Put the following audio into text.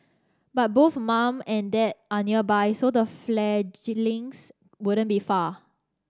but both mum and dad are nearby so the fledglings wouldn't be far